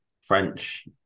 French